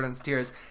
tears